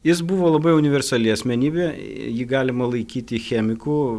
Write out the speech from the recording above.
jis buvo labai universali asmenybė jį galima laikyti chemiku